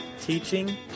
teaching